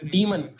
Demon